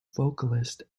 vocalist